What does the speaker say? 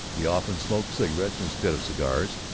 he often smoked cigarettes instead of cigars,